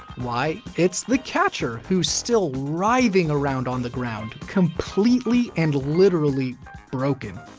why, it's the catcher, who's still writhing around on the ground, completely and literally broken.